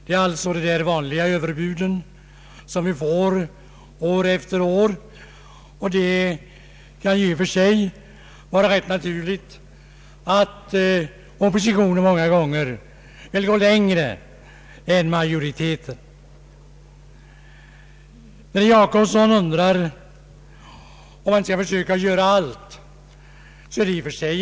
Det är alltså fråga om de vanliga överbuden som förekommer år efter år, och det kan ju i och för sig vara rätt naturligt att oppositionen många gånger vill gå längre än majoriteten. Herr Jacobsson undrade om man inte borde försöka göra allt på det här området.